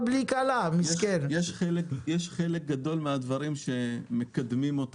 חלק גדול מהדברים מקדמים,